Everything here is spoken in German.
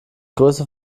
größte